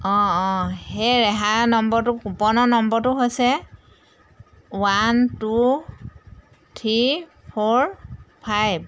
অঁ অঁ সেই ৰেহাই নম্বৰটো কোপনৰ নম্বৰটো হৈছে one two three four five